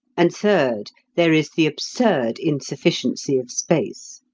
and third, there is the absurd insufficiency of space.